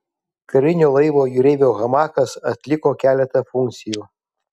karinio laivo jūreivio hamakas atliko keletą funkcijų